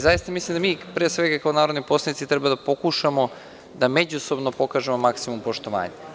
Zaista mislim da mi, pre svega kao narodni poslanici, treba da pokušamo da međusobno pokažemo maskimum poštovanja.